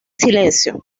silencio